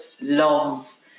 love